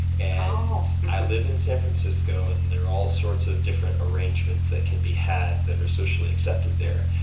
and i live in san francisco, and there are all sorts of different arrangements that can be had that are socially accepted there.